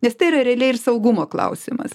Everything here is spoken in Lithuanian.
nes tai yra realiai ir saugumo klausimas